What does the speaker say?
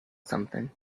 something